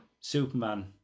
Superman